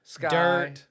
dirt